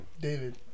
David